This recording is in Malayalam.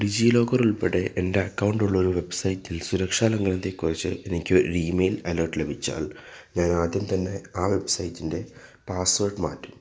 ഡിജിലോക്കർ ഉൾപ്പടെ എൻ്റെ അക്കൗണ്ട് ഉള്ളൊരു വെബ്സൈറ്റിൽ സുരക്ഷാ ലംഘനത്തെക്കുറിച്ച് എനിക്ക് ഒരു ഇമെയിൽ അലേർട്ട് ലഭിച്ചാൽ ഞാൻ ആദ്യം തന്നെ ആ വെബ്സൈറ്റിൻ്റെ പാസ്സ് വേർഡ് മാറ്റും